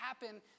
happen